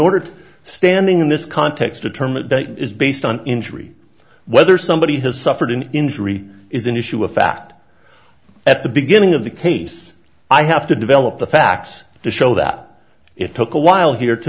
order to standing in this context a term that is based on injury whether somebody has suffered an injury is an issue of fact at the beginning of the case i have to develop the facts to show that it took a while here to